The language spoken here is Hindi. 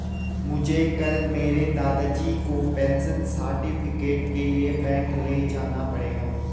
मुझे कल मेरे दादाजी को पेंशन सर्टिफिकेट के लिए बैंक ले जाना पड़ेगा